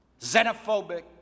xenophobic